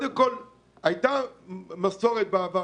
הייתה מסורת בעבר